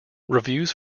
reviews